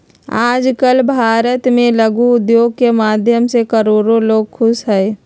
आजकल भारत भर में लघु उद्योग के माध्यम से करोडो लोग खुश हई